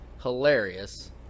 hilarious